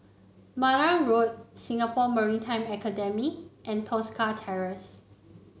Marang Road Singapore Maritime Academy and Tosca Terrace